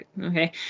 Okay